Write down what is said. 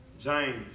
James